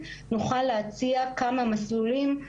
נוכל להציע כמה מסלולים,